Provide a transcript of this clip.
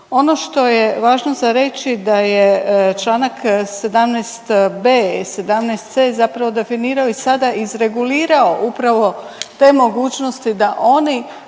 Ono što je važno za reći da je čl. 17.b i 17.c zapravo definirao i sada izregulirao upravo te mogućnosti da oni